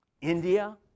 India